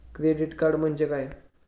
Credit card म्हणजे काय?